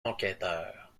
enquêteur